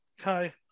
Okay